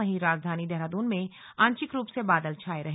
वहीं राजधानी देहरादून में आंशिक रूप से बादल छाये रहे